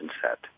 set